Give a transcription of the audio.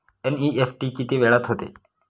NEFT किती वेळात होते?